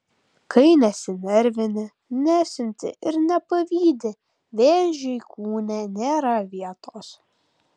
kai nesinervini nesiunti ir nepavydi vėžiui kūne nėra vietos